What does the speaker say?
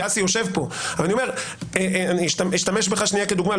אסי יושב כאן ואני אשתמש בך שנייה כדוגמה,